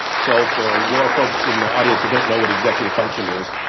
so for your folks in the audience who don't know what executive function is,